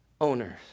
owners